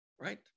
right